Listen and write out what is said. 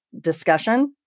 discussion